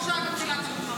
כמו שהיה בתחילת המלחמה,